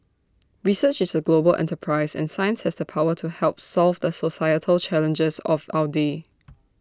research is A global enterprise and science has the power to help solve the societal challenges of our day